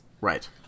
Right